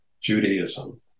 Judaism